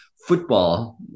football